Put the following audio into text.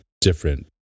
different